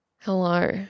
Hello